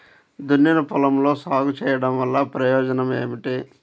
దున్నిన పొలంలో సాగు చేయడం వల్ల ప్రయోజనం ఏమిటి?